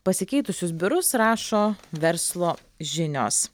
pasikeitusius biurus rašo verslo žinios